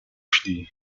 phd